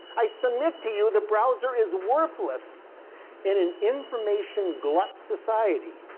i submit to you the browser is worthless in an information glut society.